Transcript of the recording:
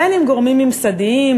אם גורמים ממסדיים,